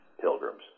pilgrims